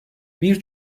bir